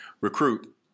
recruit